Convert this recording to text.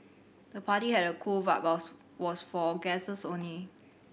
the party had a cool vibes was for guests only